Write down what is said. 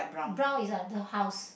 brown is the the house